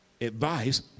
Advice